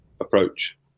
approach